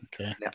Okay